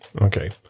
Okay